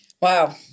Wow